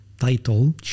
title